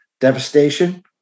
Devastation